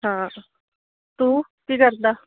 ਹਾਂ ਤੂੰ ਕੀ ਕਰਦਾ